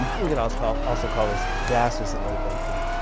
we can also call also call this gases at low density.